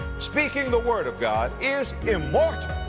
speaking the word of god is immortal